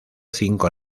cinco